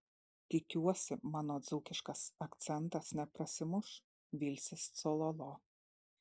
tikiuosi mano dzūkiškas akcentas neprasimuš vilsis cololo